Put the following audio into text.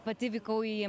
pati vykau į